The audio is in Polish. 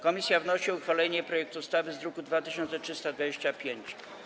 Komisja wnosi o uchwalenie projektu ustawy z druku nr 2325.